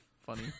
funny